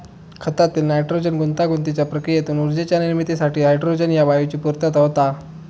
खतातील नायट्रोजन गुंतागुंतीच्या प्रक्रियेतून ऊर्जेच्या निर्मितीसाठी हायड्रोजन ह्या वायूची पूर्तता होता